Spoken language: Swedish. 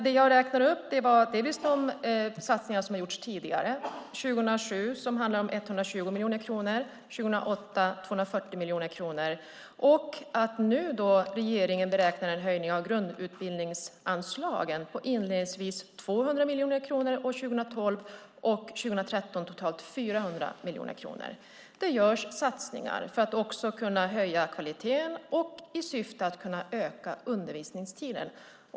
Det jag räknade upp var dels de satsningar som har gjorts tidigare - 2007 var det 120 miljoner kronor och 2008 var det 240 miljoner kronor - dels att regeringen nu räknar med en höjning av grundutbildningsanslagen med 200 miljoner kronor år 2012 och år 2013 totalt 400 miljoner kronor. Det görs satsningar för att kunna höja kvaliteten och i syfte att öka undervisningstiden.